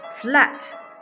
flat